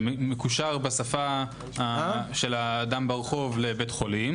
שמקושר בשפה של האדם ברחוב לבית חולים.